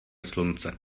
slunce